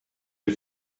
die